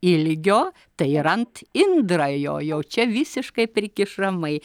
ilgio tai ir ant indrajo jau čia visiškai prikišamai